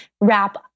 wrap